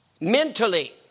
mentally